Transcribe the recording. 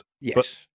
Yes